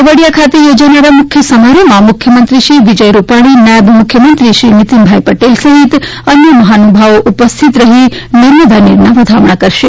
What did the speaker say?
કેવડિયા ખાતે યોજાનાર આ મુખ્ય સમારોહમાં મુખ્યમંત્રી શ્રી વિજય રૂપાલી નાયબ મુખ્યમંત્રી શ્રી નીતિનભાઇ પટેલ સહિત અન્ય મહાનુભાવો ઉપસ્થિત રહીને નર્મદા નીરના વધામણા કરશે